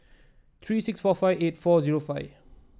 three six four five eight four zero five